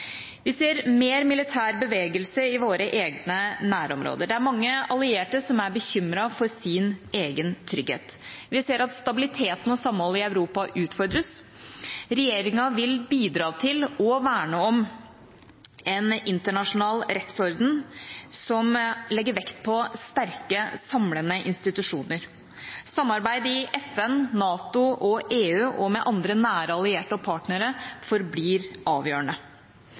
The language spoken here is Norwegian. Vi ser mer militær bevegelse i våre egne nærområder. Det er mange allierte som er bekymret for sin egen trygghet. Vi ser at stabiliteten og samholdet i Europa utfordres. Regjeringa vil bidra til – og verne om – en internasjonal rettsorden som legger vekt på sterke, samlende institusjoner. Samarbeid i FN, NATO og EU og med andre nære allierte og partnere forblir avgjørende.